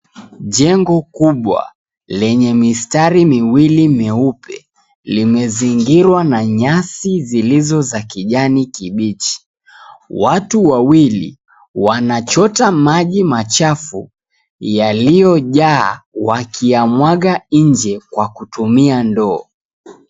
Jengo kubwa lenye mistari miwili meupe, limezingirwa na nyasi zilizo za kijani kibichi. Watu wawili wanachota maji machafu yaliyojaa wakiyamwaga nje kwa kutumia ndoo.